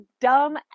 dumb